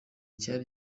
cyari